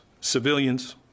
civilians